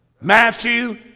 Matthew